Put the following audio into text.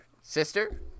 sister